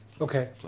Okay